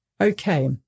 Okay